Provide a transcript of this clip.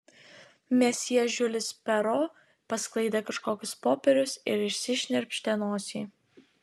mesjė žiulis pero pasklaidė kažkokius popierius ir išsišnirpštė nosį